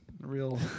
Real